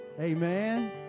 Amen